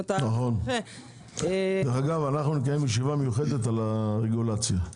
אנחנו נקיים ישיבה מיוחדת שתעסוק ברגולציה.